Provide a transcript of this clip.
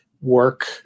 Work